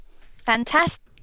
Fantastic